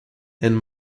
and